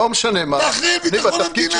אתה אחראי על ביטחון המדינה.